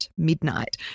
midnight